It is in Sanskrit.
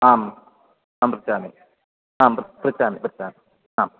आम् अहं पृच्छामि आम् पृच्छामि पृच्छामि आम्